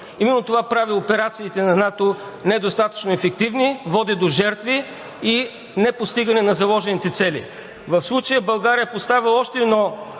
именно това прави операциите на НАТО недостатъчно ефективни, води до жертви и до непостигане на заложените цели. В случая България е поставила още едно